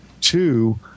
Two